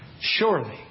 Surely